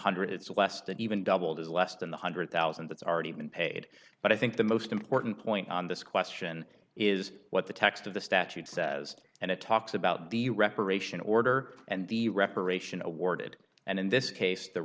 hundred it's less than even doubled is less than the hundred thousand that's already been paid but i think the most important point on this question is what the text of the statute says and it talks about the reparation order and the reparation awarded and in this case the